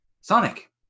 Sonic